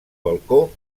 balcó